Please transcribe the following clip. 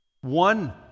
One